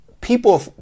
people